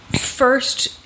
first